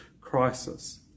crisis